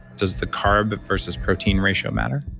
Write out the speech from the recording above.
does the carb versus protein ratio matter?